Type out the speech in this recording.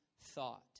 thought